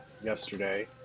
yesterday